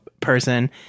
person